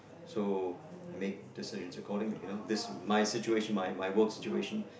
so I make decisions accordingly you know this my situation my my work situation